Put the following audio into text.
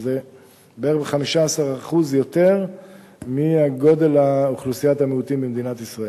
שזה בערך 15% יותר מגודל אוכלוסיית המיעוטים במדינת ישראל.